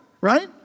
right